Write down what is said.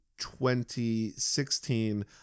2016